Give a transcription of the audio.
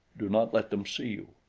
do not let them see you.